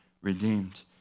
redeemed